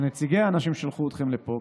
של נציגי האנשים ששלחו אתכם לפה,